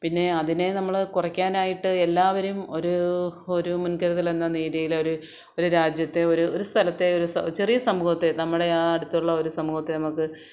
പിന്നെ അതിനെ നമ്മൾ കുറക്കാനായിട്ട് എല്ലാവരും ഒരു ഒരു മുൻ കരുതൽ എന്ന നിലയിൽ ഒരു ഒരു രാജ്യത്തെ ഒരു ഒരു സ്ഥലത്തെ ഒരു ചെറിയ സമൂഹത്തെ നമ്മുടെ ആ അടുത്തുള്ള ഒരു സമൂഹത്തെ നമുക്ക്